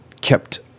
kept